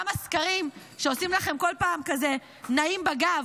גם הסקרים שעושים לכם כל פעם כזה נעים בגב,